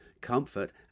comfort